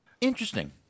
Interesting